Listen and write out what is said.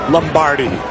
Lombardi